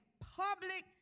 public